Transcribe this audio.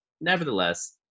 nevertheless